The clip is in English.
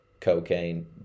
cocaine